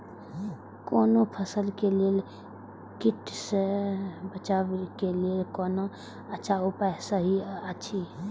कोनो फसल के लेल कीट सँ बचाव के लेल कोन अच्छा उपाय सहि अछि?